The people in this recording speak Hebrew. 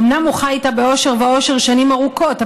אומנם הוא חי איתה באושר ועושר שנים ארוכות,